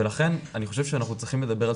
לכן אני חושב שאנחנו צריכים לדבר על